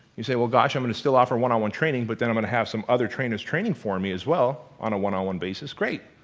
you say, well gosh, i'm gonna still offer one-on-one training, but then i'm gonna have some other trainers training for me as well on a one-on-one basis, great.